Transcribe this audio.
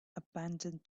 abandoned